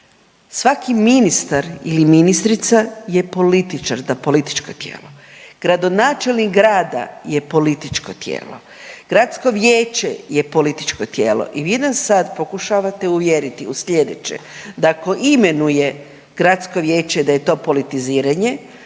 svaki ministar ili ministrica je političar da političko tijelo, gradonačelnik grada je političko tijelo, gradsko tijelo je političko tijelo i vi nas sad pokušavate uvjeriti u slijedeće da ako imenuje gradsko vijeće da je to politiziranje,